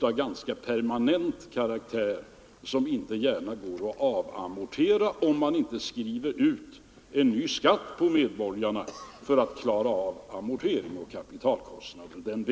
av ganska permanent karaktär, som inte gärna kan amorteras om man inte skriver ut en ny skatt på medborgarna för att den vägen klara amortering och kapitalkostnad.